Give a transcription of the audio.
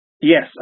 Yes